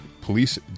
Police